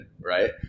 right